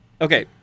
Okay